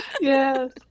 Yes